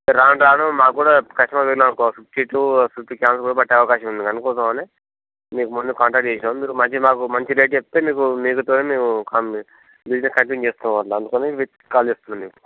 అయితే రాను రాను మాకు కూడా కస్టమర్ పెరిగినారు అనుకో ఫిఫ్టీ టు సిక్స్టీ క్యాన్స్ కూడా పట్టే అవకాశం ఉంది అందుకోసం అని మీకు ముందు కాంటాక్ట్ చేసినాం మీరు మంచి మాకు మంచి రేట్ చెప్తే మీకు మేము మీతో కం మీ బిజినెస్ కంటిన్యూ చేస్తాం అట్లా అందుకని మీకు కాల్ చేస్తున్న నేను